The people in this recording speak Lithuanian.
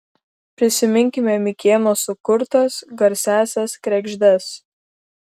prisiminkime mikėno sukurtas garsiąsias kregždes